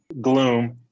Gloom